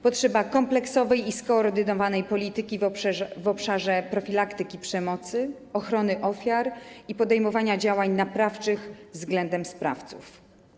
Potrzeba kompleksowej i skoordynowanej polityki w obszarze profilaktyki przemocy, ochrony ofiar i podejmowania działań naprawczych względem sprawców.